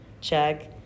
check